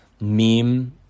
meme